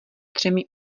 třemi